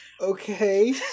Okay